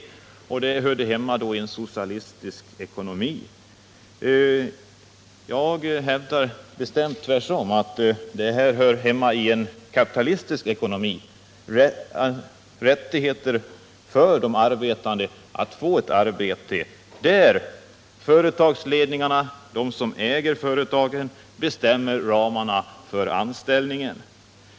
Obligatorisk arbetsförmedling hör hemma, sade Pär Granstedt, i en socialistisk ekonomi. Jag hävdar bestämt att den tvärtom hör hemma i en kapitalistisk ekonomi: de arbetandes rättigheter att få ett arbete beror på företagsledningarna — de som äger företagen — och dessa bestämmer ramarna för anställningen.